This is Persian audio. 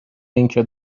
اینکه